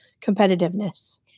competitiveness